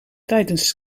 tijdens